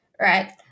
Right